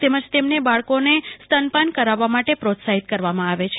તેમજ બાળકોને સ્તનપાન કરાવવા માટે પ્રોત્સાહિત કરવામાં આવે છે